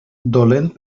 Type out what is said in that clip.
dolent